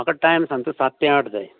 म्हाका टायम सांजचो सात तें आठ जाय